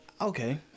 okay